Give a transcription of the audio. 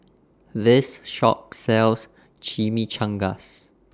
This Shop sells Chimichangas